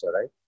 right